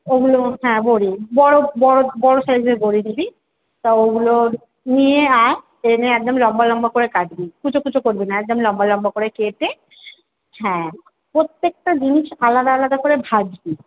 ওগুলো হ্যাঁ বড়ি বড়ো বড়ো বড়ো সাইজের বড়ি নিবি তা ওগুলোর নিয়ে আয় এনে একদম লম্বা লম্বা করে কাটবি কুঁচো কুঁচো করবি না একদম লম্বা লম্বা করে কেটে হ্যাঁ প্রত্যেকটা জিনিস আলাদা আলাদা করে ভাজবি